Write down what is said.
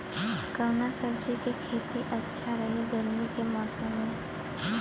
कवना सब्जी के खेती अच्छा रही गर्मी के मौसम में?